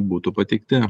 būtų pateikti